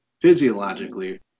physiologically